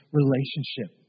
relationship